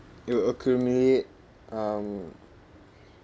it will accumulate um